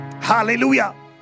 hallelujah